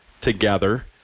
together